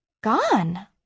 gone